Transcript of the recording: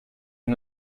est